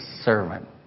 servant